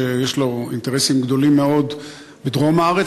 שיש לו אינטרסים גדולים מאוד בדרום הארץ